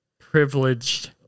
privileged